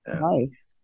Nice